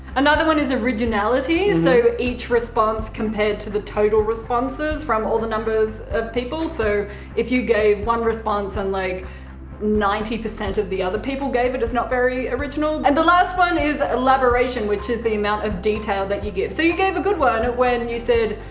another one is originality, so each response compared to the total responses from all the numbers of people. so if you gave one response and like ninety percent of the other people gave it, it's not very original. and the last one is the elaboration, which is the amount of detail that you give. so you gave a good one when you said,